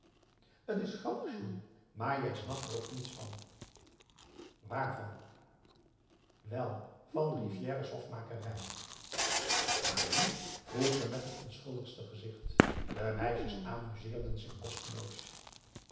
t is grappig juul maar jij snapt er ook zoo niets van waarvan wel van rivière's hofmakerij aan wie vroeg ze met het onschuldigste gezicht de meisjes amuseerden zich kosteloos